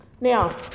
Now